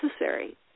necessary